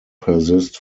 persist